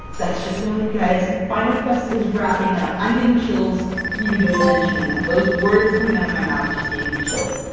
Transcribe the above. that's just about it guys! final quest is wrapping up! i'm getting chills even just mentioning that! those words coming out of my mouth just gave me chills!